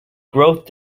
growth